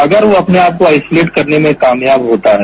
अगर वो अपने आप को आइसोलेट करने में कामयाब होता है